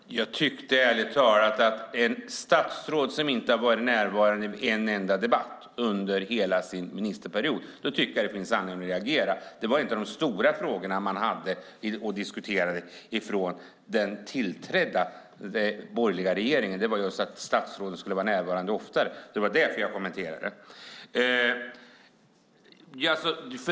Herr talman! Jag tycker ärligt talat att när ett statsråd inte varit närvarande vid en enda debatt under hela sin ministerperiod finns det anledning att reagera. Det gällde inte de stora frågor man hade att diskutera från den tillträdda borgerliga regeringen, utan det var att statsrådet skulle vara närvarande oftare. Det var det jag kommenterade.